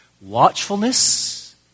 Watchfulness